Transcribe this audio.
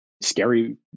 scary